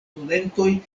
studentoj